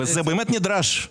מי בעד קבלת